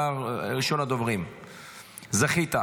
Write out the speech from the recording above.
אתה ראשון הדוברים, זכית.